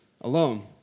alone